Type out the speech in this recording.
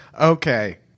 Okay